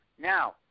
now